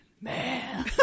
man